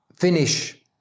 finish